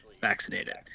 vaccinated